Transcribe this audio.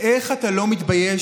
לא מתבייש